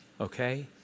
okay